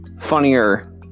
funnier